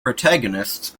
protagonist